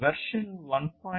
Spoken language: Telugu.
వెర్షన్ 1